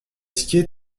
skier